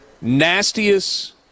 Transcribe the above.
nastiest